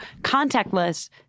contactless